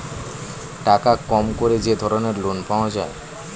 টাকা কম করে যে ধরনের লোন পাওয়া যায়